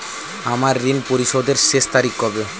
আমার ঋণ পরিশোধের শেষ তারিখ কবে?